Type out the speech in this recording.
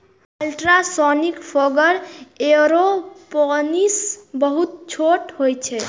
ultrasonic fogger aeroponic बहुत छोट होइत छैक